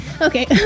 Okay